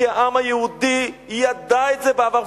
כי העם היהודי ידע את זה בעבר,